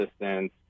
assistance